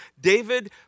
David